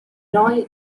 eroe